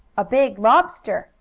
a big lobster,